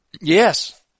Yes